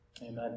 Amen